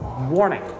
Warning